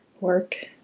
Work